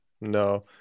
No